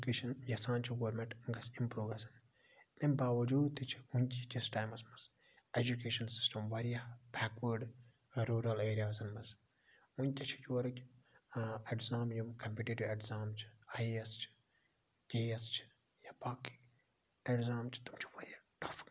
education یَژھان چھ government گَژھِ اِمپروٗو گَژھُن امہِ باوَجود تہِ چھِ وٕنکِکِس ٹایمَس مَنٛز ایٚجُکیشَن سِسٹَم واریاہ بیکوٲڑ روٗرَل ایریازَن مَنٛز ونکیٚس چھِ یورٕکۍ ایٚگزام یِم کَمپِٹِٹِو ایٚگزام چھِ آے اے ایٚس چھ کے اے ایٚس چھ یا باقی ایٚگزام چھِ تِم چھِ واریاہ ٹَف